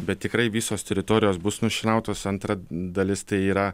bet tikrai visos teritorijos bus nušienautos antra dalis tai yra